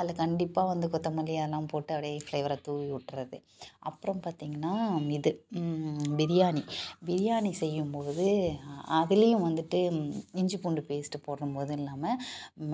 அதில் கண்டிப்பாக வந்து கொத்தமல்லி அதெலாம் போட்டு அப்படியே ஃப்ளேவரை தூவிவிட்டுறது அப்புறம் பார்த்திங்கன்னா இது பிரியாணி பிரியாணி செய்யும்போது அதுலேயும் வந்துட்டு இஞ்சி பூண்டு பேஸ்ட்டு போடுகிறம்போதும் இல்லாமல்